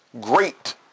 great